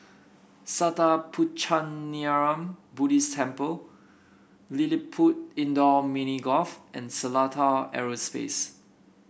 Sattha Puchaniyaram Buddhist Temple LilliPutt Indoor Mini Golf and Seletar Aerospace